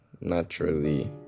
naturally